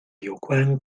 有关